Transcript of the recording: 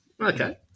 Okay